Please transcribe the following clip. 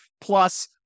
Plus